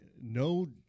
no